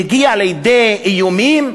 שהגיעה לידי איומים,